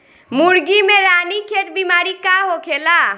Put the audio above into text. मुर्गी में रानीखेत बिमारी का होखेला?